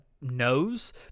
knows